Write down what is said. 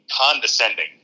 Condescending